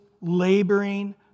laboring